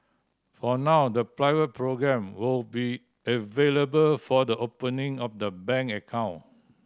for now the pilot programme will be available for the opening of the bank account